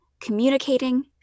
communicating